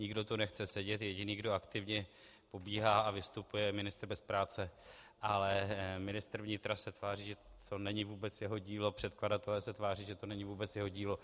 Nikdo tu nechce sedět, jediný, kdo aktivně pobíhá a vystupuje, je ministr bez práce, ale ministr vnitra se tváří, že to není vůbec jeho dílo, předkladatelé se tváří, že to není vůbec jejich dílo.